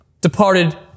departed